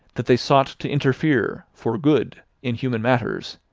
that they sought to interfere, for good, in human matters,